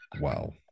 Wow